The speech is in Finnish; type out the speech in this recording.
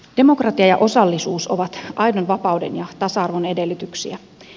demokratia ja osallisuus ovat aidon vapauden ja tasa arvon edellytyksiä